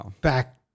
back